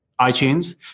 iTunes